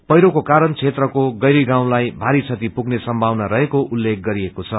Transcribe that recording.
पैह्रोको कारण क्षेत्रको गैरी गांवलाई भारी क्षति पुम्ने संभावना रहेको उल्लेख गरिएको छ